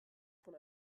von